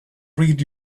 read